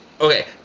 okay